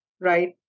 right